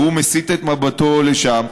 והוא מסיט את מבטו לשם,